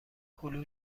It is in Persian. هلو